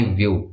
view